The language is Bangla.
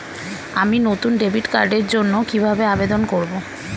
আমি নতুন ডেবিট কার্ডের জন্য কিভাবে আবেদন করব?